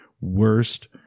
worst